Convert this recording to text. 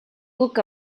book